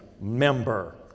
member